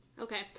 Okay